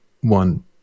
one